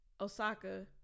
Osaka